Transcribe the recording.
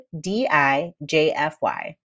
D-I-J-F-Y